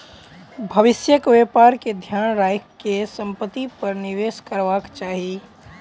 भविष्यक व्यापार के ध्यान राइख के संपत्ति पर निवेश करबाक चाही